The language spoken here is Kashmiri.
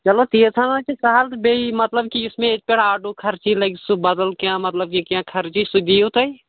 چلو تیٖژ ہَن حظ چھ سہل تہٕ بیٚیہِ مطلب کہ یُس مےٚ ییٚتہِ پیٚٹھ آٹوٗ خرچہٕ لگہِ سُہ بدل کیٚنٛہہ مطلب یہِ کیٚنٛہہ خرچہٕ سُہ دِیِو تُہۍ